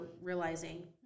realizing